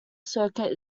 circuit